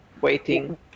waiting